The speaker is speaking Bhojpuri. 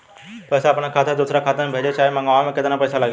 पैसा अपना खाता से दोसरा खाता मे भेजे चाहे मंगवावे में केतना पैसा लागेला?